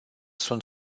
sunt